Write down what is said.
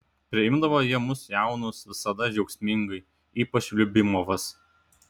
priimdavo jie mus jaunus visada džiaugsmingai ypač liubimovas